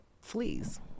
fleas